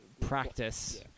practice